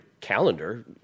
calendar